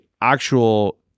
actual